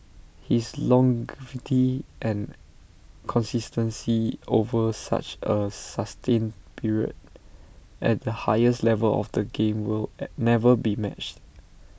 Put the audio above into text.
his longevity and consistency over such A sustained period at the highest level of the game will never be matched